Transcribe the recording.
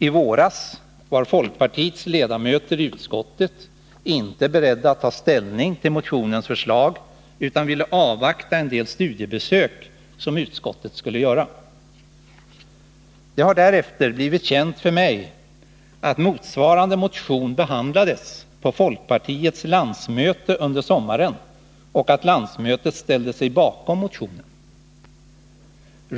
I våras var folkpartiets ledamöter i utskottet inte beredda att ta ställning till motionens förslag utan ville avvakta en del studiebesök som utskottet skulle göra. Det har därefter blivit känt för mig att motsvarande motion behandlades på folkpartiets landsmöte under sommaren och att landsmötet ställde sig bakom motionen.